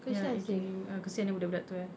ya adrian lim ah kesian eh budak-budak tu eh